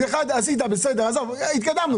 אחד עשית, בסדר, עזוב, התקדמנו.